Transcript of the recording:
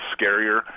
scarier